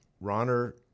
Ronner